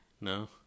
No